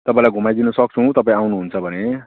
तपाईँलाई घुमाइदिन सक्छौँ तपाईँ आउनु हुन्छ भने